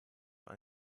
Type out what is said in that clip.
noch